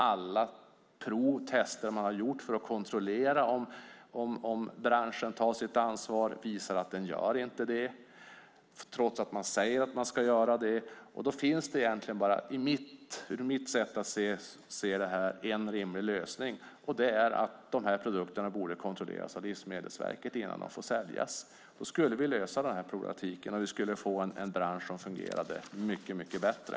Alla tester man har gjort för att kontrollera om branschen tar sitt ansvar visar att den inte gör det, trots att man säger att man ska göra det. Då finns det egentligen bara, utifrån mitt sätt att se, en rimlig lösning. Det är att de här produkterna borde kontrolleras av Livsmedelsverket innan de får säljas. Då skulle vi lösa den här problematiken och vi skulle få en bransch som fungerade mycket bättre.